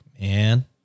man